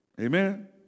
Amen